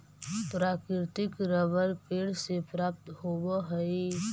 प्राकृतिक रबर पेड़ से प्राप्त होवऽ हइ